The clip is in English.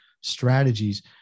strategies